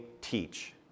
teach